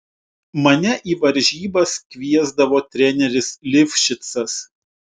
mane į varžybas kviesdavo treneris livšicas